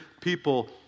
people